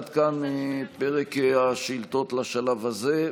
עד כאן פרק השאילתות לשלב הזה.